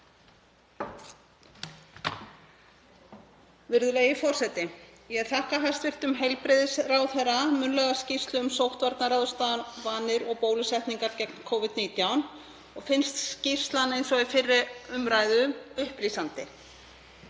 Virðulegi forseti. Ég þakka hæstv. heilbrigðisráðherra munnlega skýrslu um sóttvarnaráðstafanir og bólusetningar gegn Covid-19 og finnst skýrslan, eins og fyrri skýrslur, upplýsandi.